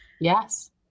yes